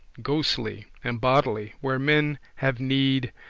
ghostly and bodily, where men have need,